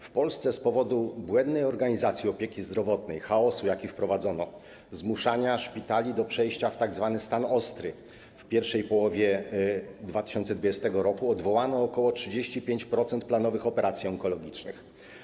W Polsce z powodu błędnej organizacji opieki zdrowotnej, chaosu, jaki wprowadzono, zmuszania szpitali do przejścia w tzw. stan ostry, w pierwszej połowie 2020 r. odwołano ok. 35% planowych operacji onkologicznych.